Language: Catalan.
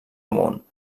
amunt